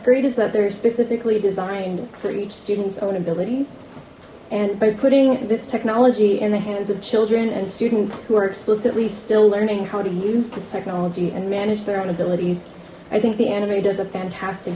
great is that they're specifically designed for each student's own abilities and by putting this technology in the hands of children and students who are explicitly still learning how to use this technology and manage their own abilities i think the anime does a fantastic